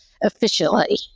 efficiently